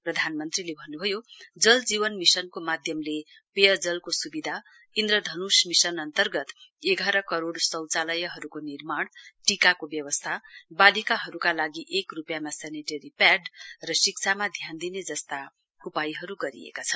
प्रधानमन्त्रीले भन्न्भयो जलजीवन मिशनको माध्यमले पेयजलको स्बिधा इन्द्रधन्ष मिशन अन्तर्गत एघार करोड शौचालयहरूको निर्माण टीकाको व्यवस्था बालिकाहरूका लागि एक रुपियाँमा सेनीटरी प्याड शिक्षामा ध्यान दिने जस्ता उपायहरू गरिएका छन्